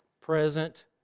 present